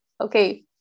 okay